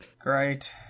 Great